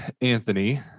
Anthony